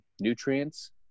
nutrients